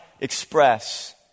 express